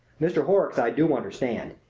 mr. horrocks i do understand.